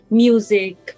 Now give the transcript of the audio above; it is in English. music